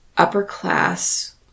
upper-class